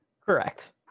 Correct